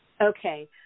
Okay